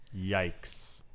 Yikes